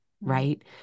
Right